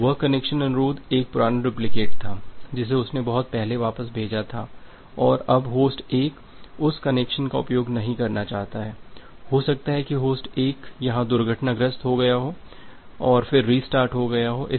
तो वह कनेक्शन अनुरोध एक पुराना डुप्लिकेट था जिसे उसने बहुत पहले वापस भेजा था और अब होस्ट 1 उस कनेक्शन का उपयोग नहीं करना चाहता है हो सकता है कि होस्ट 1 यहां दुर्घटनाग्रस्त हो गया हो और फिर रीस्टार्ट हो गया हो